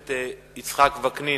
הכנסת יצחק וקנין,